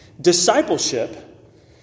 discipleship